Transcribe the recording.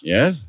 Yes